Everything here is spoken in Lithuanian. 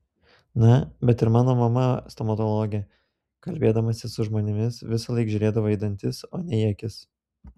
na bet ir mano mama stomatologė kalbėdamasi su žmonėmis visąlaik žiūrėdavo į dantis o ne į akis